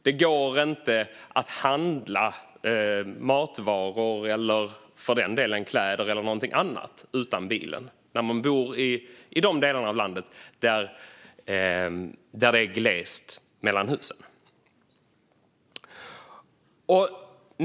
Det går inte att handla matvaror, kläder eller någonting annat utan bilen när man bor i de delar av landet där det är glest mellan husen.